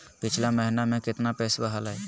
पिछला महीना मे कतना पैसवा हलय?